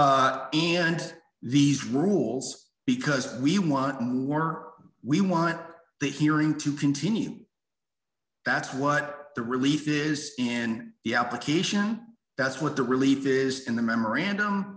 act and these rules because we want we want the hearing to continue that's what the relief is in the application that's what the relief is in the memorandum